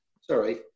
sorry